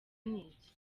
n’iki